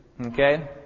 Okay